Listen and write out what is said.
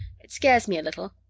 it scares me a little.